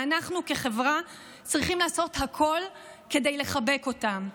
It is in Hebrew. ואנחנו כחברה צריכים לעשות הכול כדי לחבק אותם.